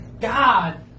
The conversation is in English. God